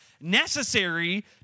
necessary